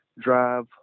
drive